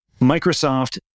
Microsoft